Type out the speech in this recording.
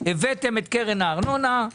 הבאתם את קרן הארנונה,